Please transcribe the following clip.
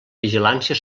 vigilància